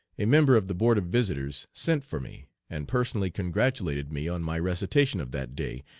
a member of the board of visitors, sent for me, and personally congratulated me on my recitation of that day,